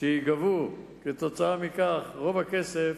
שייגבו בשל כך, רוב הכסף